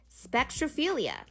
Spectrophilia